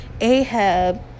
ahab